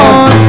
on